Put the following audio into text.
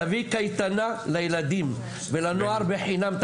תביא קייטנה לילדים ולנוער בחינם,